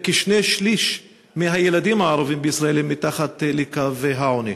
וכשני-שלישים מהילדים הערבים בישראל הם מתחת לקו העוני.